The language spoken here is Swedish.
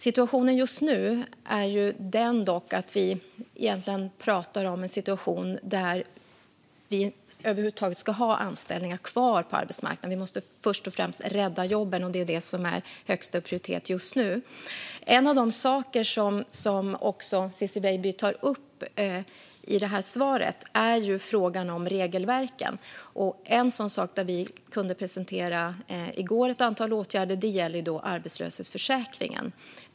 Situationen just nu är dock den att vi pratar om hur vi över huvud taget ska ha anställningar kvar på arbetsmarknaden. Vi måste först och främst rädda jobben, och det är det som är högsta prioritet just nu. En av de saker som Ciczie Weidby tar upp är frågan om regelverken. Vi kunde i går presentera ett antal åtgärder som gäller arbetslöshetsförsäkringen.